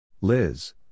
Liz